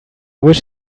wish